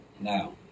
Now